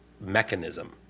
mechanism